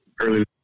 early